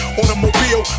automobile